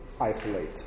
isolate